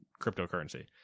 cryptocurrency